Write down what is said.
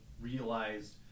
realized